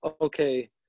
okay